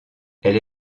elle